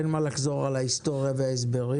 אין מה לחזור על ההיסטוריה ועל ההסברים.